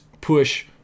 push